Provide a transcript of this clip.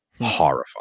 Horrifying